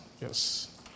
Yes